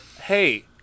Hey